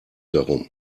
darum